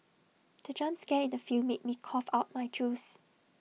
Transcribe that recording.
the jump scare in the film made me cough out my juice